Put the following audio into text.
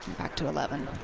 back to eleven.